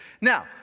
Now